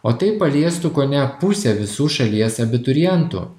o tai paliestų kone pusę visų šalies abiturientų